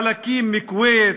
חלקים מכוויית,